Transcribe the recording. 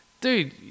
dude